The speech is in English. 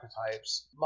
archetypes